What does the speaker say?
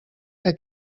que